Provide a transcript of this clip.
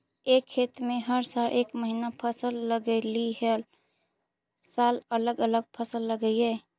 एक खेत में हर साल एक महिना फसल लगगियै कि हर साल अलग अलग फसल लगियै?